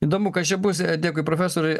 įdomu kas čia bus dėkui profesoriui